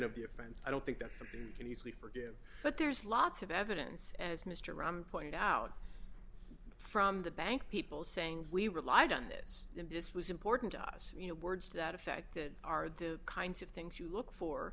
offense i don't think that's something you can easily forgive but there's lots of evidence as mr rahman pointed out from the bank people saying we relied on this and this was important to us you know words that affected are the kinds of things you look for